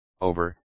over